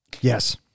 Yes